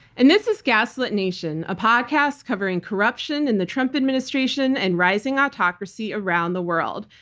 and this is gaslit nation, a podcast covering corruption in the trump administration and rising autocracy around the world.